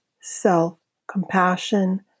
self-compassion